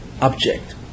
object